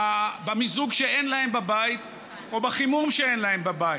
במיזוג שאין להן בבית או בחימום שאין להן בבית,